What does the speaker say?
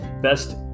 Best